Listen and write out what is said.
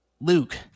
Luke